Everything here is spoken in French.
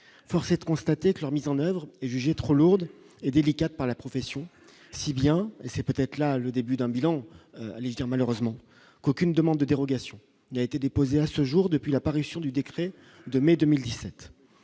force est de constater que leur mise en oeuvre est jugée trop lourde et délicate par la profession, si bien, c'est peut-être là le début d'un bilan Alistair malheureusement qu'aucune demande de dérogation n'a été déposée à ce jour, depuis la parution du décret de mai 2017,